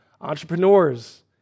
entrepreneurs